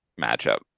matchup